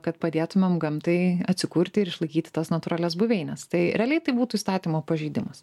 kad padėtumėm gamtai atsikurti ir išlaikyti tas natūralias buveines tai realiai tai būtų įstatymo pažeidimas